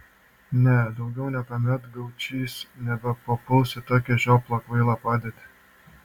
ne daugiau niekuomet gaučys nebepapuls į tokią žioplą kvailą padėtį